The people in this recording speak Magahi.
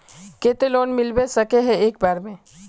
केते लोन मिलबे सके है एक बार में?